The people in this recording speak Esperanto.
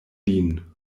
lin